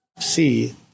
see